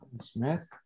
Smith